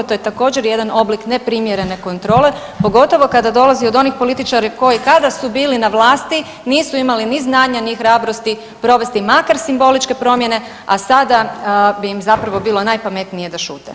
To je također jedan oblik neprimjerene kontrole, pogotovo kada dolazi od onih političara koji kada su bili na vlasti nisu imali ni znanja ni hrabrosti provesti makar simboličke promjene, a sada bi im zapravo bilo najpametnije da šute.